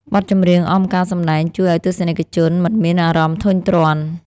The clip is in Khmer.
បទចម្រៀងអមការសម្ដែងជួយឱ្យទស្សនិកជនមិនមានអារម្មណ៍ធុញទ្រាន់។